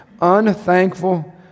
Unthankful